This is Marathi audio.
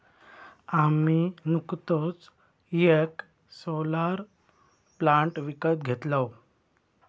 आम्ही नुकतोच येक सोलर प्लांट विकत घेतलव